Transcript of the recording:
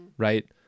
Right